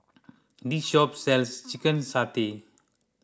this shop sells Chicken Satay